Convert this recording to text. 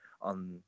on